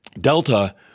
Delta